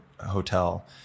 hotel